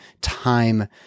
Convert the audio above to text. time